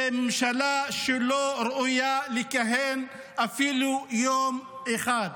זאת ממשלה שלא ראויה לכהן אפילו יום אחד.